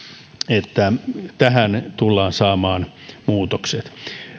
että tähän tullaan saamaan muutokset